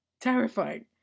Terrifying